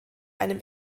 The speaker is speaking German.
einem